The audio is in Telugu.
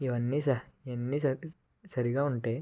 ఇవి అన్నీ సరిగ్గా ఉంటే